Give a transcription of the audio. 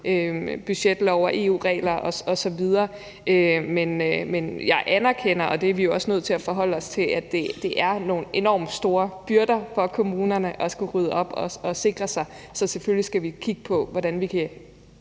budgetlov og EU-regler osv. Men jeg anerkender – og det er vi jo også nødt til at forholde os til – at det er nogle enormt store byrder for kommunerne at skulle rydde op og sikre sig det. Så selvfølgelig skal vi kigge på, hvordan vi kan